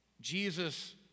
Jesus